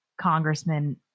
congressman